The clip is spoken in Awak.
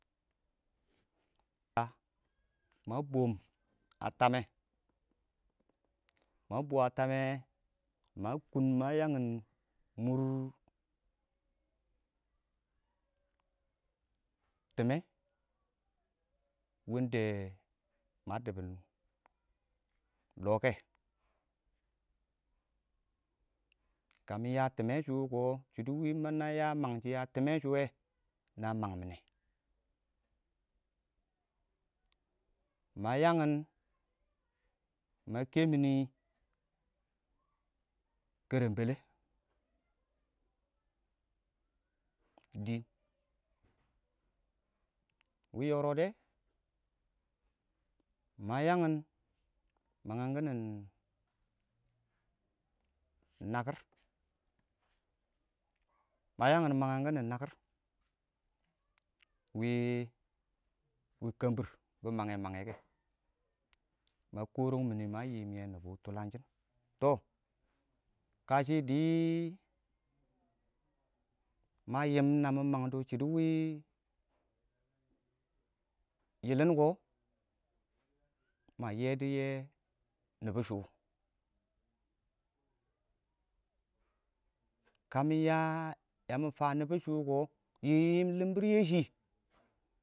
ma boom a famme ma boo a tamme ma kʊn ma yangin mʊr timm e win ma dibbum lo kɛ kamɪ ya tɪmmɛ shukɔ shɪdo nima ya mangshɪ a tɪmmɛ shʊ wɛ inga iɪng mang mɪne ma yangin ma kɛ mini kərəmbələ dɪɪn wɪɪn yɔrɔde ma yangin mangangkin nakɪr ma yangin mangang kiɪn nakɪr wɪɪn kɔmbɪr bɪ mange mange kɛ ma kɔɔrəng mɪn ma yiim yɛ nibɔ tʊlangshin tɔ kashɪ dɪ ma na mangds shɪdo wɪɪn yɪlɪn kɔ ma yii dɔ yɛ yamba shʊ kə mɪ ya ya mifa nibɔ shukɔ yɪ yiim limbir yɔ shɪ